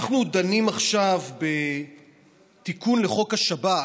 אנחנו דנים עכשיו בתיקון לחוק השב"כ,